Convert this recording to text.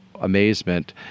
amazement